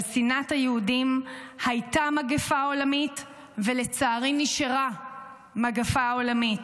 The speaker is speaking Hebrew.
אבל שנאת היהודים הייתה מגפה עולמית ולצערי נשארה מגפה עולמית.